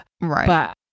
Right